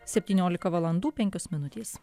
septyniolika valandų penkios minutės